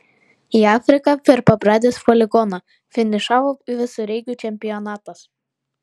į afriką per pabradės poligoną finišavo visureigių čempionatas